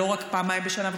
רק פעמיים בשנה,